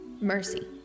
Mercy